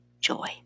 joy